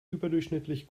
überdurchschnittlich